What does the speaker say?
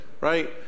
right